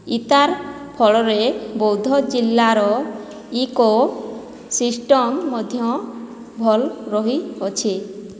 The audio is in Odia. ଇତାର୍ ଫଳରେ ବୌଦ୍ଧ ଜିଲ୍ଲାର ଇକୋସିଷ୍ଟମ୍ ମଧ୍ୟ ଭଲ୍ ରହିଅଛେ